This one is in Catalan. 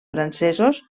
francesos